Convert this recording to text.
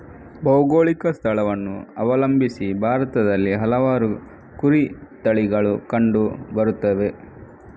ಭೌಗೋಳಿಕ ಸ್ಥಳವನ್ನು ಅವಲಂಬಿಸಿ ಭಾರತದಲ್ಲಿ ಹಲವಾರು ಕುರಿ ತಳಿಗಳು ಕಂಡು ಬರುತ್ತವೆ